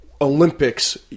Olympics